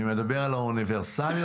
אני מדבר על האוניברסליות,